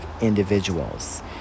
individuals